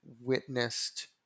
witnessed